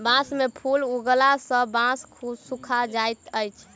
बांस में फूल उगला सॅ बांस सूखा जाइत अछि